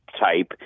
type